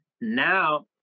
Now